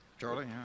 Charlie